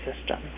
system